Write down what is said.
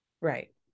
right